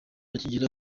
akigera